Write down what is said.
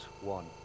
one